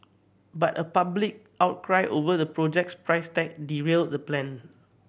but a public outcry over the project's price tag derailed that plan